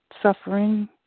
suffering